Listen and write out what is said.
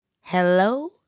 Hello